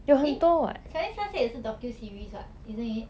eh selling sunset 也是 docu series what isn't it